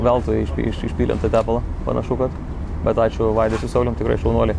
veltui išp išpylėm tą tepalą panašu kad bet ačiū vaidui su saulium tikrai šaunuoliai